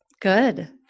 Good